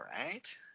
right